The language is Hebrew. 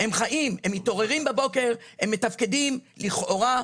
הם חיים, הם מתעוררים בבוקר, הם מתפקדים לכאורה,